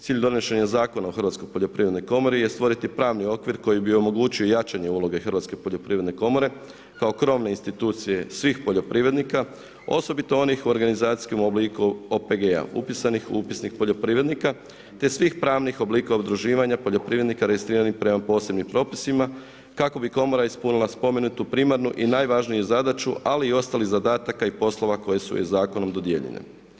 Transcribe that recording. Cilj donošenje Zakona o Hrvatskoj poljoprivrednoj komori je stvoriti pravni okvir koji bi omogućio jačanje uloge Hrvatske poljoprivredne komore kao krovne institucije svih poljoprivrednika, osobito onih u organizacijskom obliku OPG-a upisanih u upisnik poljoprivrednika te svih pravnih oblika udruživanja poljoprivrednika … prema posebnim propisima kako bi komora ispunila spomenutu primarnu i najvažniju zadaću, ali i ostalih zadataka i poslova koje su joj zakonom dodijeljene.